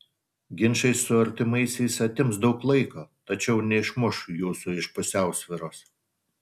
ginčai su artimaisiais atims daug laiko tačiau neišmuš jūsų iš pusiausvyros